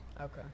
okay